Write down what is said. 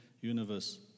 universe